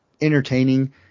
entertaining